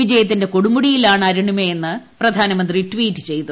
വിജയത്തിന്റെ കൊടുമുടിയിലാണ് അരുണിമയെന്ന് പ്രധാനമന്ത്രി ട്വീറ്റ് ചെയ്തു